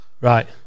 right